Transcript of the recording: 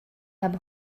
habe